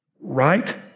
right